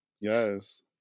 Yes